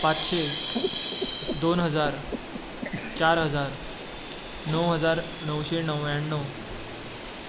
पांचशे दोन हजार चार हजार णव हजार णवशे णव्याणव